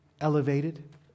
elevated